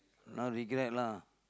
now regret lah